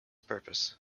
purpose